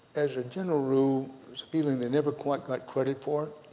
as a general rule, was feeling they never quite got credit for it,